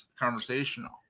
conversational